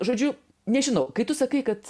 žodžiu nežinau kai tu sakai kad